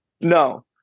No